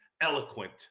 eloquent